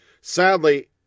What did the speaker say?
Sadly